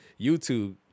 YouTube